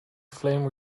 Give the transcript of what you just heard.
flame